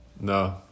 No